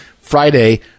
Friday